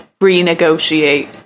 renegotiate